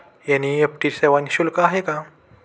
NEFT सेवा निःशुल्क आहे का?